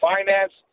Finance